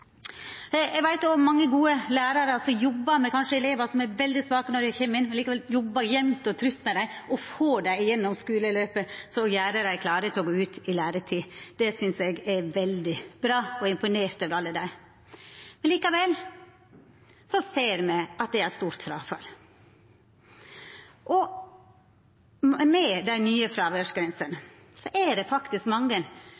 Eg veit òg om mange gode lærarar som jobbar med elevar som kanskje er veldig svake når dei kjem, og som likevel jobbar jamt og trutt med dei og får dei gjennom skuleløpet og gjer dei klare til å gå ut i læretid. Det synest eg er veldig bra, og eg er imponert over alle dei. Likevel ser me at det er stort fråfall. Med dei nye